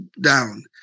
down